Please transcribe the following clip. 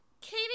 Katie